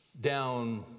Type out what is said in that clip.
down